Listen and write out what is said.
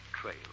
trail